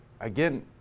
again